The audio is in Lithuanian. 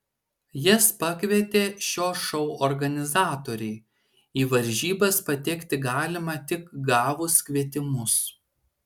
jas pakvietė šio šou organizatoriai į varžybas patekti galima tik gavus kvietimus